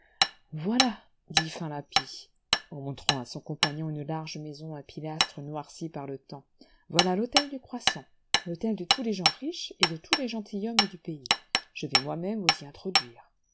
voilà dit finlappi en montrant à son compagnon une large maison à pilastres noircis par le temps voilà l'hôtel du croissant l'hôtel de tous les gens riches et de tous les gentilshommes du pays je vais moi-même vous y introduire